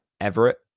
Everett